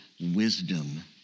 wisdom